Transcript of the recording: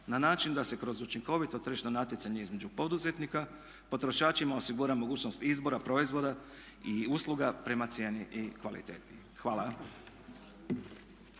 na način da se kroz učinkovito tržišno natjecanje između poduzetnika potrošačima osigura mogućnost izbora proizvoda i usluga prema cijeni i kvaliteti. Hvala.